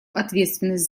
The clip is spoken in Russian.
ответственность